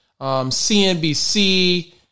CNBC